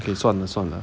okay 算了算了